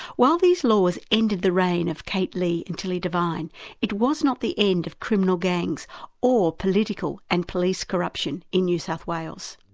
while these laws ended the reign of kate leigh and tilley devine it was not the end of criminal gangs or political and police corruption in new south wales.